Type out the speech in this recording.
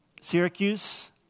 syracuse